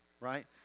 right